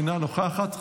אינה נוכחת,